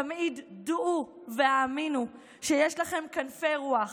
תמיד דעו והאמינו שיש לכם כנפי רוח,